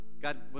God